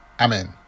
amen